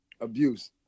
abuse